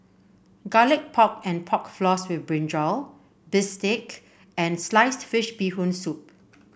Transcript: Garlic Pork and Pork Floss with brinjal bistake and Sliced Fish Bee Hoon Soup